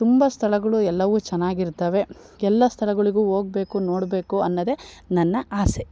ತುಂಬ ಸ್ಥಳಗಳು ಎಲ್ಲವೂ ಚೆನ್ನಾಗಿರ್ತಾವೆ ಎಲ್ಲ ಸ್ಥಳಗಳಿಗು ಹೋಗ್ಬೇಕು ನೋಡಬೇಕು ಅನ್ನೋದೇ ನನ್ನ ಆಸೆ